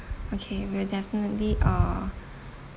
okay we'll definitely uh